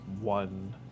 one